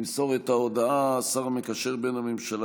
ימסור את ההודעה השר המקשר בין הממשלה